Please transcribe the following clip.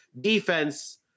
defense